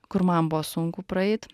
kur man buvo sunku praeit